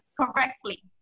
correctly